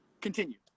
continue